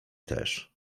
też